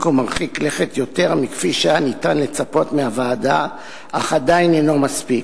ומרחיק לכת יותר מכפי שהיה ניתן לצפות מהוועדה אך עדיין אינו מספיק.